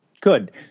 Good